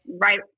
right